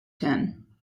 ten